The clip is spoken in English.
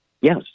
Yes